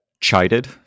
chided